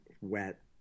wet